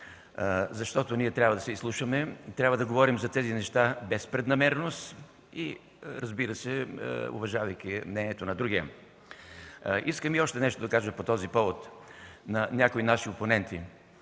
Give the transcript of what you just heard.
защото ние трябва да се изслушваме, трябва да се говори за тези неща без преднамереност и, разбира се, уважавайки мнението на другия. Искам да кажа още нещо по този повод на някои наши опоненти.